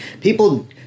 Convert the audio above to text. people